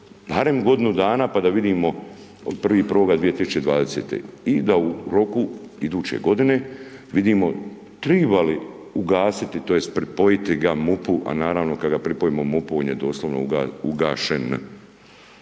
barem godinu dana pa da vidimo od 01.01.2020. i da u roku iduće godine vidimo triba li ugasiti, tj. pripojiti ga MUP-u, a naravno, kad ga pripojimo MUP-u on je doslovno ugašen.